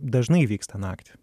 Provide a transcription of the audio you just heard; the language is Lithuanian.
dažnai vyksta naktį